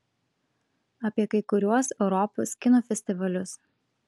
apie kai kuriuos europos kino festivalius